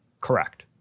Correct